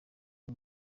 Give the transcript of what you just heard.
ubu